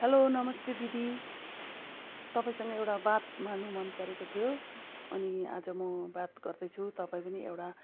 hello नमस्ते दिदी तपाईँसँग एउटा बात मार्नु मन परेको थियो अनि आज म बात गर्दैछु तपाईँ पनि एउटा